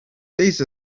these